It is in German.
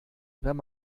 wenn